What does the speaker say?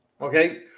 Okay